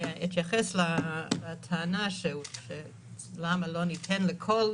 בהתייחס לטענה למה לא ניתן לכל